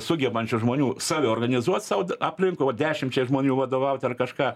sugebančių žmonių save organizuot sau aplinkui vat dešimčiai žmonių vadovaut ar kažką